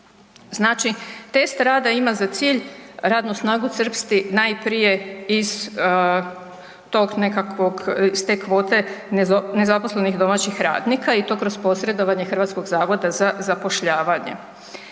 Znači test rada ima za cilj radnu snagu crpsti najprije iz te kvote nezaposlenih domaćih radnika i to kroz posredovanje HZZ-a koji bi onda uparivali